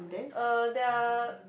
uh there are